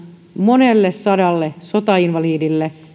monelle sadalle sotainvalidille